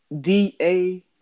DA